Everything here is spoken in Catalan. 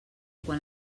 quan